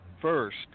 first